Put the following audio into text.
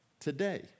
today